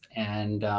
and